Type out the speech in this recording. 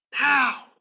now